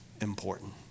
important